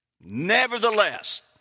Nevertheless